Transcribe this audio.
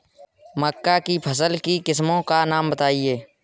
मक्का की फसल की किस्मों का नाम बताइये